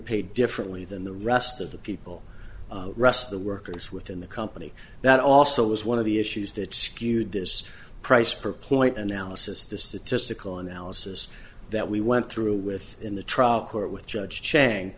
paid differently than the rest of the people rest of the workers within the company that also was one of the issues that skewed this price per point analysis the statistical analysis that we went through with in the trial court with judge cha